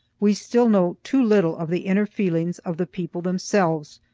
we still know too little of the inner feelings of the people themselves,